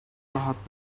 rahat